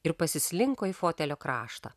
ir pasislinko į fotelio kraštą